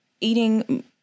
eating